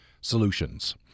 solutions